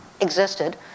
existed